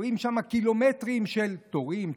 רואים קילומטרים של תורים,